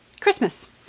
christmas